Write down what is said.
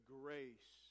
grace